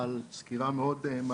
גידול המזון בצורה